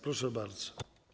Proszę bardzo.